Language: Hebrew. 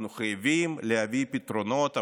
אנחנו חייבים להביא פתרונות,